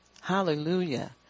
hallelujah